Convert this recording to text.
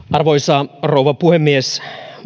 arvoisa rouva puhemies